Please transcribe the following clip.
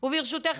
וברשותך,